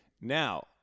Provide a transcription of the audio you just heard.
now